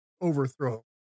overthrow